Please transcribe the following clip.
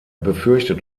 befürchtet